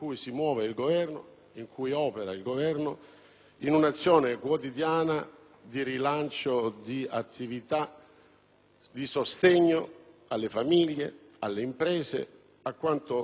di rilancio di attività di sostegno alle famiglie e alle imprese e, in generale, a ciò che occorre per rimuovere dalla stagnazione l'economia nazionale.